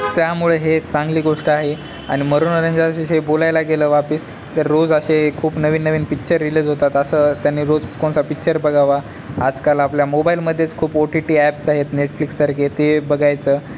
त्यामुळे ही चांगली गोष्ट आहे आणि मनोनोरंजनाविषयी बोलायला गेलं वापस तर रोज असे खूप नवीन नवीन पिच्चर रिलीज होतात असं त्यांनी रोज कोणता पिच्चर बघावा आजकाल आपल्या मोबाईलमध्येच खूप ओ टी टी ॲप्स आहेत नेटफ्लिकसारखे ते बघायचं